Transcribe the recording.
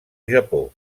japó